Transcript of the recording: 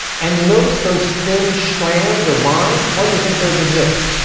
and you notice those thin strands or lines? why do you think those exist?